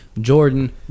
Jordan